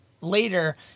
Later